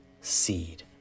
seed